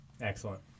Excellent